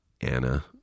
Anna